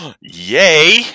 Yay